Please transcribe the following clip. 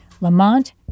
Lamont